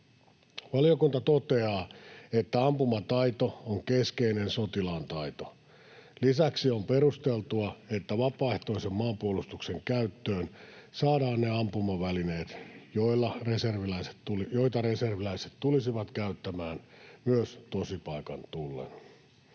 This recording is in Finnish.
Valiokunta toteaa, että ampumataito on keskeinen sotilaan taito. Lisäksi on perusteltua, että vapaaehtoisen maanpuolustuksen käyttöön saadaan ne ampumavälineet, joita reserviläiset tulisivat käyttämään myös tosipaikan tullen.